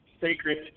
sacred